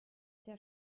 der